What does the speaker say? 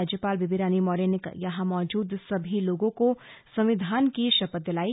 राज्यपाल बेबी रानी मौर्य ने यहां मौजूद सभी लोगों को संविधान की शपथ दिलाई